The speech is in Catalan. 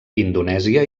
indonèsia